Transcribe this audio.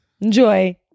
Enjoy